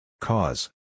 Cause